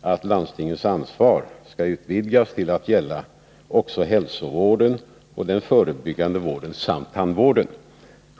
att landstingens ansvar skall utvidgas till att gälla också hälsovården och den förebyggande vården samt tandvården.